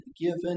given